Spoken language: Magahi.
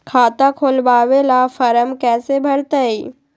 खाता खोलबाबे ला फरम कैसे भरतई?